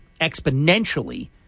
exponentially